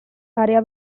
área